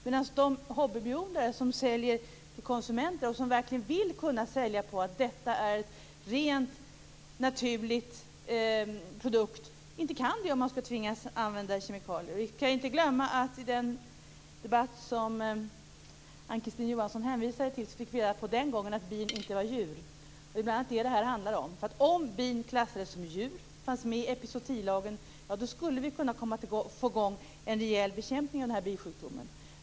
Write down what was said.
Men de hobbybiodlare som säljer till vanliga konsumenter och som verkligen vill marknadsföra sig genom att säga att deras honung är en ren och naturlig produkt kan inte göra det om de tvingas använda kemikalier. Vi skall inte glömma att i den debatt som Ann Kristine Johansson hänvisade till fick vi reda på att bin inte var djur. Det är bl.a. det som det handlar om. Om bin klassades som djur och fanns med i epizootilagen då skulle vi kunna få i gång en rejäl bekämpning av denna bisjukdomen.